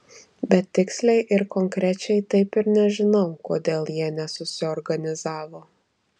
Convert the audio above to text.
bet tiksliai ir konkrečiai taip ir nežinau kodėl jie nesusiorganizavo